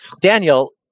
Daniel